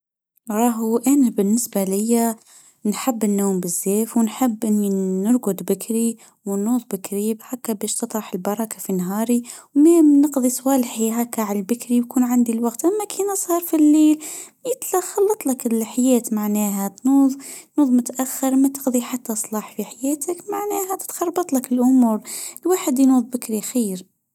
راهو. أنا بالنسبه ليا نحب النوم بذاف ونحب إني نرقد بكري ونهوض بكري، بحكه بيشتطرح البركه في نهاري. ونم نقضي سوال حيهكا بكري يكون عندي الوقت اما كان أسهر في الليل يتخيطلك اللحيات معناها نوم متاخر، ما تقضي حتي صلاح لحياتك معناها تتخربطلك الأمور. الواحد ينام بكري خير.